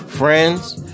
friends